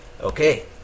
Okay